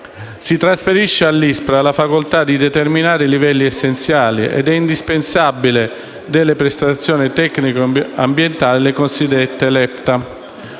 Si trasferisce all'ISPRA la facoltà di determinare i livelli essenziali e indispensabili delle prestazioni tecniche e ambientali, le cosiddette LEPTA.